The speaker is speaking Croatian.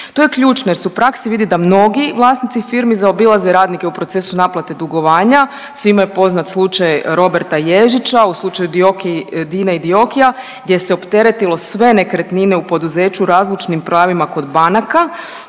To je ključno jer se u praksi vidi da mnogi vlasnici firmi zaobilaze radnike u procesu naplate dugovanja. Svima je poznat slučaj Roberta Ježića u slučaju Dioki, Dine i Diokija gdje se opteretilo sve nekretnine u poduzeću razlučnim pravima kod banaka,